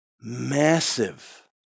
massive